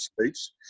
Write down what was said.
States